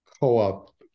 co-op